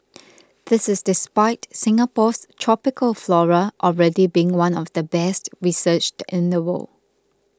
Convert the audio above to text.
this is the despite Singapore's tropical flora already being one of the best researched in the world